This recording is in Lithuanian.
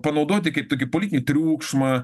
panaudoti kaip tu gi politinį triukšmą